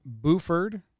Buford